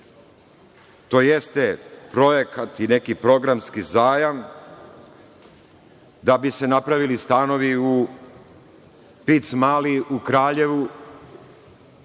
to jeste projekat i neki programski zajam da bi se napravili stanovi u Pic mali u Kraljevu,